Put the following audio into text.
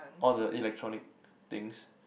all the electronic things